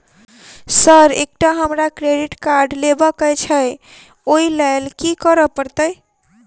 Sir एकटा हमरा credit card लेबकै छैय ओई लैल की करऽ परतै?